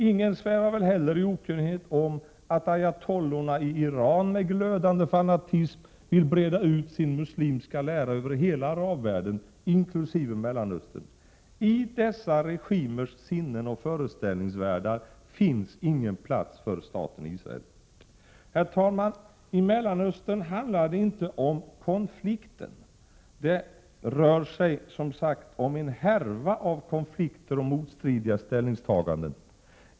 Ingen svävar väl heller i okunnighet om att ayatollorna i Iran med glödande fanatism vill breda ut sin muslimska lära över hela arabvärlden, inkl. Mellanöstern. I dessa regimers sinnen och föreställningsvärldar finns ingen plats för staten Israel. Herr talman! I Mellanöstern handlar det inte om ”konflikten”, det rör sig som sagt om en härva av konflikter och motstridiga ställningstaganden.